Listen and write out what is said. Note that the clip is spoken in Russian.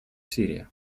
сирия